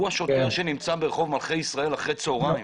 הוא השוטר שנמצא ברח' מלכי ישראל אחר הצהריים,